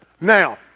Now